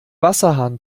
wasserhahn